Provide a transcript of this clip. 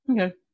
Okay